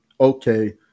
okay